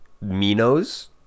minos